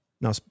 Now